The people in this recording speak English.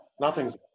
nothing's